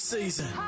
Season